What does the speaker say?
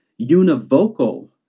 univocal